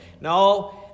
No